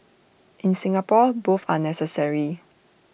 in Singapore both are necessary